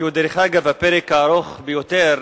שהוא דרך אגב הפרק הארוך ביותר